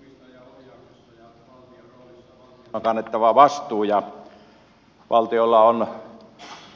omistajaohjauksessa ja valtion roolissa valtion on kannettava vastuu ja valtiolla on